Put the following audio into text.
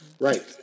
Right